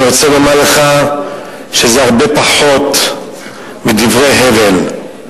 אני רוצה לומר לך שזה הרבה פחות מדברי הבל.